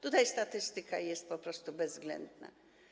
Tutaj statystyka jest po prostu bezwzględna.